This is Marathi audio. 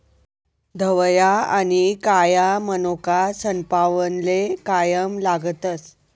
धवया आनी काया मनोका सनपावनले कायम लागतस